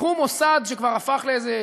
קחו מוסד שכבר הפך לאיזה